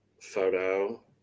photo